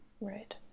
Right